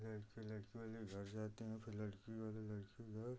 लड़के लड़की वाले के घर जाते हैं फिर लड़की वाले लड़के के घर